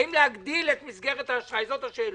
האם להגדיל את מסגרת האשראי זאת השאלה.